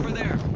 there